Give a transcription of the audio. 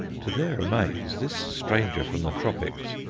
to their amaze this stranger from the tropics,